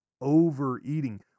overeating